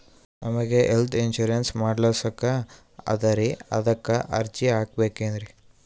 ನಮಗ health insurance ಮಾಡಸ್ಲಾಕ ಅದರಿ ಅದಕ್ಕ ಅರ್ಜಿ ಹಾಕಬಕೇನ್ರಿ?